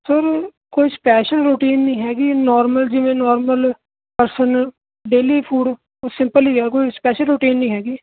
sir ਕੋਈ special routine ਨਹੀਂ ਹੈਗੀ ਨੋਰਮਲ ਜਿਵੇਂ normal person daily food simple ਹੀ ਆ ਕੋਈ ਸਪੈਸ਼ਲ ਰੂਟੀਨ ਨਹੀਂ ਹੈਗੀ